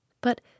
But